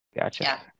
Gotcha